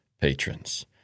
patrons